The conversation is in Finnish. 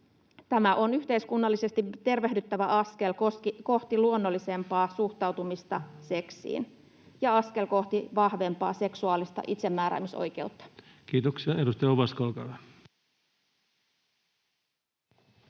Tämä on yhteiskunnallisesti tervehdyttävä askel kohti luonnollisempaa suhtautumista seksiin ja askel kohti vahvempaa seksuaalista itsemääräämisoikeutta. [Speech 181] Speaker: